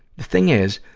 thing is,